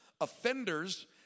Offenders